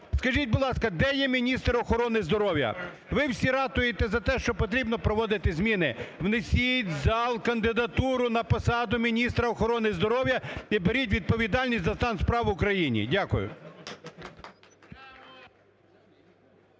скажіть, будь ласка, де є міністр охорони здоров'я? Ви всі ратуєте за те, що потрібно проводити зміни, внесіть в зал кандидатуру на посаду міністра охорони здоров'я і беріть відповідальність за стан справ в Україні. Дякую.